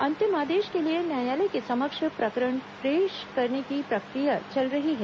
अंतिम आदेश के लिए न्यायालय के समक्ष प्रकरण पेश करने की प्रक्रिया चल रही है